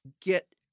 get